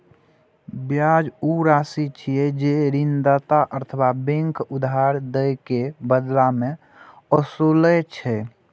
ब्याज ऊ राशि छियै, जे ऋणदाता अथवा बैंक उधार दए के बदला मे ओसूलै छै